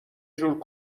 جور